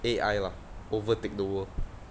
A_I lah overtake the world